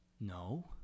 No